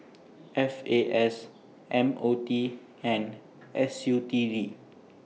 F A S M O T and S U T D